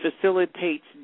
facilitates